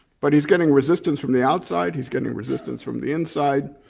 but he's getting resistance from the outside, he's getting resistance from the inside,